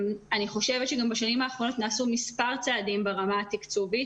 אני חושבת שבשנים האחרונות נעשו מספר צעדים ברמת התקצוב,